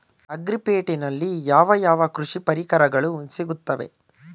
Agri ಪೇಟೆನಲ್ಲಿ ಯಾವ ಯಾವ ಕೃಷಿ ಪರಿಕರಗಳು ಸಿಗುತ್ತವೆ?